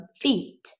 feet